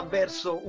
verso